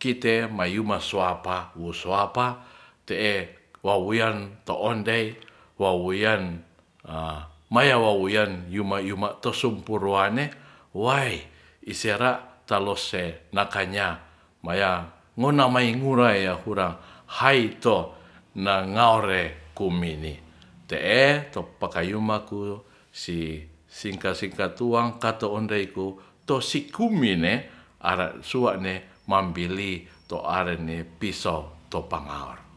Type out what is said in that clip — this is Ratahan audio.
kite mayuma suapa wu suapa te'e wawuyan to ondei wawuyan maya wauyan yuma-yuma to sumpuruane wai isera talose nakanya maya ngona maimurae yahura haito na ngaore kumini te'e to pakayuma si singkat-singkat tuang kato ondeiku tosiku mene ara sua'ne mambili to aren ne pisauto pangar